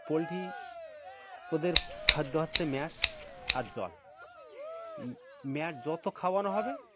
poultry ওদের খাদ্য হচ্ছে ম্যাশ আর জল ম্যাট যত খাওয়ানো হবে